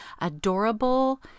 adorable